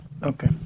Okay